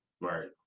Right